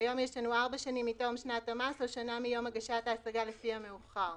היום יש לנו ארבע שנים מתום שנת המס או שנה מיום הגשת ההשגה לפי המאוחר.